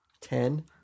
Ten